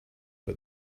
but